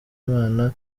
imana